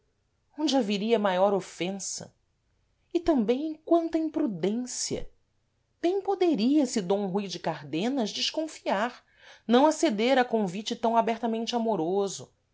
onde haveria maior ofensa e tambêm quanta imprudência bem poderia esse d rui de cardenas desconfiar não aceder a convite tam abertamente amoroso